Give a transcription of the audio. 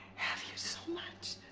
have you so much